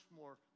more